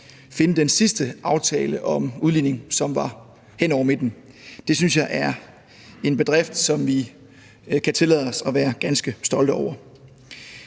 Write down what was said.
finde den sidste aftale om udligning, som blev indgået hen over midten. Det synes jeg er en bedrift, som vi kan tillade os at være ganske stolte over.